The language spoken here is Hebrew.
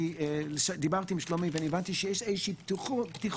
אני דיברתי עם שלומי והבנתי שיש איזושהי פתיחות